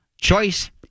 Choice